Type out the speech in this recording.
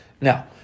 Now